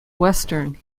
western